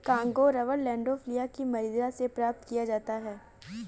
Congo rubber Landolphia की मदिरा से प्राप्त किया जाता है